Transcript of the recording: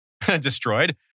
destroyed